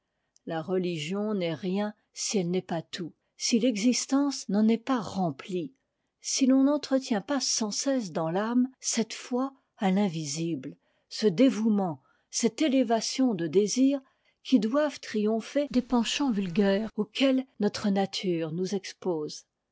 la religion n'est rien si elle n'est pas tout si l'existence n'en est pas remplie si l'on n'entretient pas sans cesse dans l'âme cette foi à l'invisible cedévouement cette élévation de désirs qui doivent triompher des penchants vulgaires auxquels notre nature nous expose